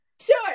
Sure